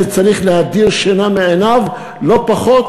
זה צריך להדיר שינה מעיניו לא פחות